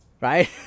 Right